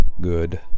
good